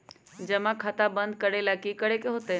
जमा खाता बंद करे ला की करे के होएत?